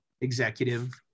executive